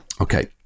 Okay